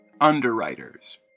Underwriters